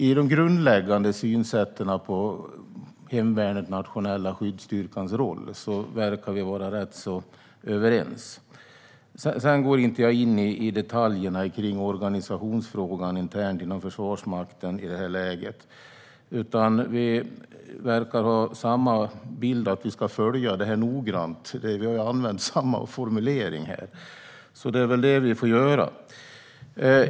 I de grundläggande synsätten på hemvärnets nationella skyddsstyrkas roll verkar vi vara rätt överens. Sedan går jag inte in på detaljerna i organisationsfrågan internt inom Försvarsmakten i det här läget. Vi verkar ha samma bild att vi ska följa det noggrant. Vi har använt samma formulering här. Det är väl det vi får göra.